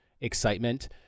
excitement